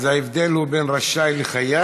אז ההבדל הוא בין רשאי לחייב?